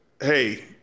Hey